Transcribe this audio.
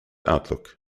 outlook